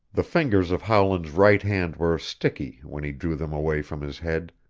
the fingers of howland's right hand were sticky when he drew them away from his head,